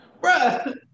Bruh